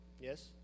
Yes